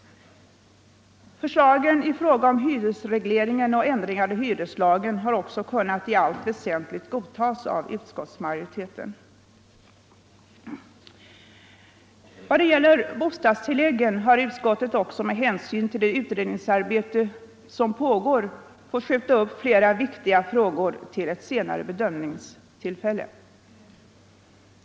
Förslagen i fråga om hyresregleringen och om ändringar i hyreslagen har också i allt väsentligt kunnat godtas av utskottsmajoriteten. I vad gäller bostadstilläggen har utskottet också med hänsyn till det utredningsarbete som pågår fått skjuta upp flera viktiga frågor till ett senare bedömningstillfälle.